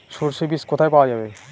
সর্ষে বিজ কোথায় পাওয়া যাবে?